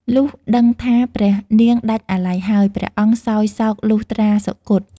លុះដឹងថា ព្រះនាងដាច់អាល័យហើយ ព្រះអង្គសោយសោកលុះត្រាសុគត។